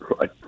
Right